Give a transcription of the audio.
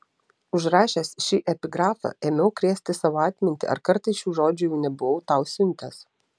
užrašęs šį epigrafą ėmiau krėsti savo atmintį ar kartais šių žodžių jau nebuvau tau siuntęs